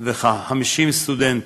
וכ-50 סטודנטים.